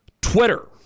Twitter